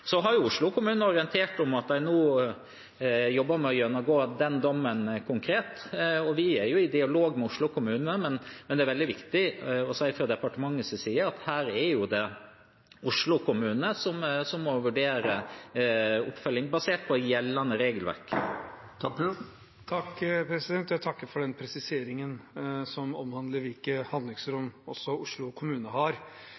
Så har Oslo kommune orientert om at de nå jobber med å gjennomgå den dommen konkret, og vi er i dialog med Oslo kommune. Men det er veldig viktig fra departementets side å si at her er det Oslo kommune som må vurdere oppfølging, basert på gjeldende regelverk. Jeg takker for presiseringen, som omhandler hvilke